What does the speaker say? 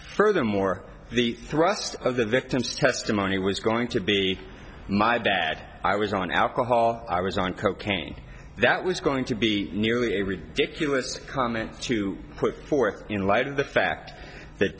furthermore the thrust of the victim's testimony was going to be my bad i was on alcohol i was on cocaine that was going to be nearly a ridiculous comment to put forth in light of the fact that